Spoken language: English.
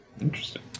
Interesting